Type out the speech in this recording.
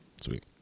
Sweet